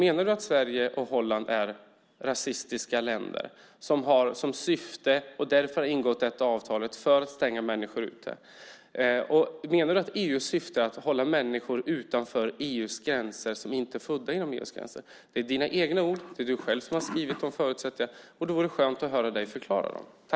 Menar du att Sverige och Holland är rasistiska länder som har som syfte att stänga människor ute och därför har ingått detta avtal? Menar du att EU:s syfte är att hålla människor som inte är födda inom EU:s gränser utanför dessa gränser? Det är dina egna ord. Jag förutsätter att det är du själv som har skrivit dem. Det vore skönt att höra dig förklara dem.